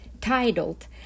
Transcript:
titled